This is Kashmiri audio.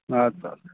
اَدٕ سا اَدٕ سا